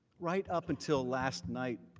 right up until last night,